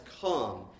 come